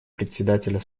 председателя